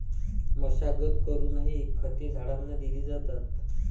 मशागत करूनही खते झाडांना दिली जातात